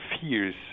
fears